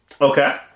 Okay